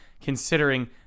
considering